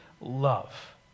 love